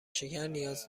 شکرنیاز